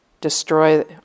destroy